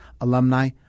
Alumni